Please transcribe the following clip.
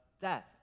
death